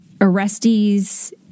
arrestees